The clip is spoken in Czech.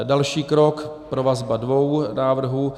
Další krok provazba dvou návrhů.